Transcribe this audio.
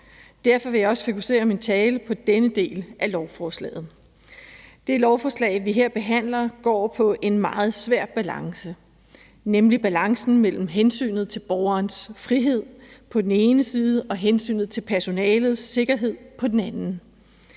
derfor vil jeg også fokusere min tale på denne del af lovforslaget. Det lovforslag, vi her behandler, indebærer en meget svær balancegang, nemlig balancen mellem hensynet til borgerens frihed på den ene side og hensynet til personalets sikkerhed på den anden.